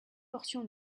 portions